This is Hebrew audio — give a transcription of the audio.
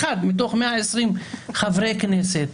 אחד מתוך 120 חברי כנסת,